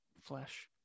flesh